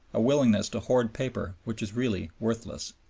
a willingness to hoard paper which is really worthless.